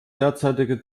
derzeitige